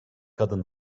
kadın